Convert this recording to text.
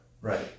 right